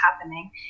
happening